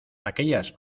aquellas